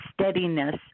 steadiness